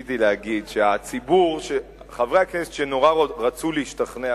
ניסיתי להגיד שחברי הכנסת שנורא רצו להשתכנע